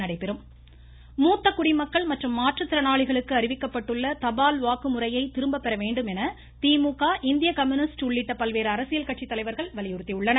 தபால் வாக்கு மூத்த குடிமக்கள் மற்றும் மாற்றுத்திறனாளிகளுக்கு அறிவிக்கப்பட்டுள்ள தபால் வாக்கு முறையை திரும்பப் பெற வேண்டும் என திமுக இந்திய கம்யூனிஸ்ட் உள்ளிட்ட பல்வேறு அரசியல் கட்சித்தலைவர்கள் வலியுறுத்தியுள்ளனர்